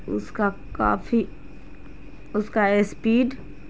اس کا کافی اس کا اسپیڈ